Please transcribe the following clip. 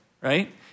right